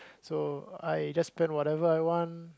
so I just spend whatever I want